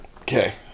Okay